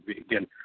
again